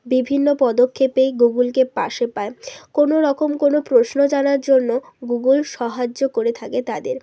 বিভিন্ন পদক্ষেপেই গুগুলকে পাশে পায় কোনোরকম কোনো প্রশ্ন জানার জন্য গুগুল সহায্য করে থাকে তাদের